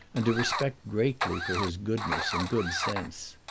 and to respect greatly for his goodness and good sense.